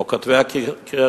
או כותבי הקריקטורות,